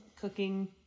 cooking